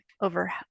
over